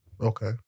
Okay